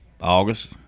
August